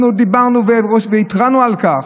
אנחנו דיברנו והתרענו על כך.